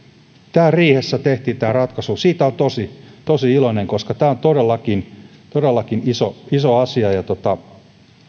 riihessä tehtiin tämä ratkaisu siitä olen tosi iloinen koska tämä on todellakin todellakin iso iso asia